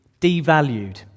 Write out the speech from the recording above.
devalued